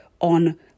on